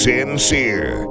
Sincere